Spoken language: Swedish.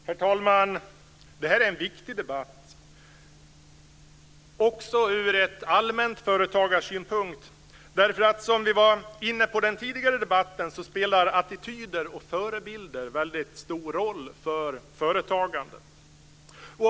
Herr talman! Det här är en viktig debatt, också ur en allmän företagarsynpunkt. Som vi var inne på i den tidigare debatten spelar attityder och förebilder väldigt stor roll för företagandet.